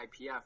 IPF